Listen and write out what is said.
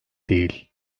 değil